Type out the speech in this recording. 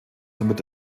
somit